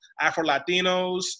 afro-latinos